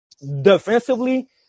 Defensively